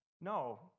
No